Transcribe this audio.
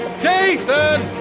Jason